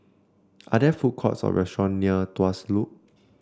are there food courts or restaurants near Tuas Loop